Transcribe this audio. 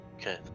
Okay